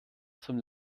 zum